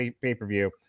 pay-per-view